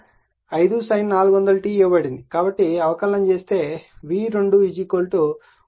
కాబట్టి అవకలనం చేస్తే v2 100 cosine 400 t అవుతుంది